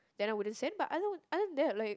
then I wouldn't send but other other than that like